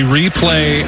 replay